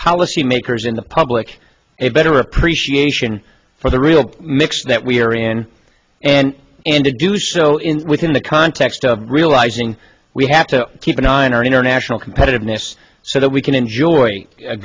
policymakers in the public a better appreciation for the real mix that we're in and indeed do so in within the context of realizing we have to keep an eye on our international competitiveness so that we can enjoy